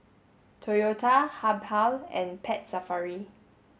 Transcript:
Toyota Habhal and Pet Safari